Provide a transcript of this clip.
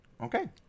Okay